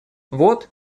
вот